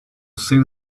save